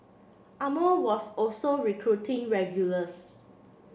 Armour was also recruiting regulars